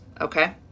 Okay